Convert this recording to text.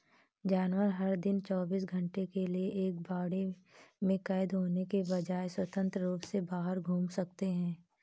जानवर, हर दिन चौबीस घंटे के लिए एक बाड़े में कैद होने के बजाय, स्वतंत्र रूप से बाहर घूम सकते हैं